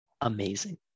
amazing